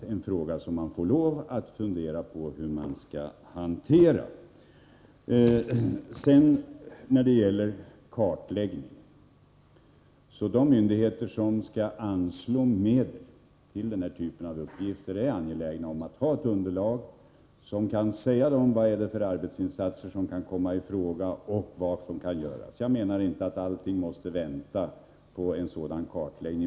Det får man lov att fundera på hur man skall hantera. När det gäller kartläggning: De myndigheter som skall anslå medel till denna typ av uppgifter är angelägna att ha ett underlag, att veta vad det är för — Nr 155 arbetsinsatser som kan komma i fråga. Jag menar inte att allting måste vänta Fredagen den på en sådan kartläggning.